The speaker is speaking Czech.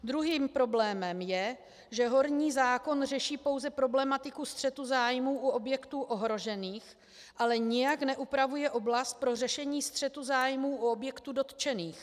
Druhým problémem je, že horní zákon řeší pouze problematiku střetu zájmů u objektů ohrožených, ale nijak neupravuje oblast pro řešení střetu zájmů u objektů dotčených.